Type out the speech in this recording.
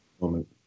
moment